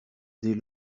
dès